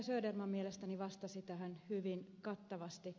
söderman mielestäni vastasi tähän hyvin kattavasti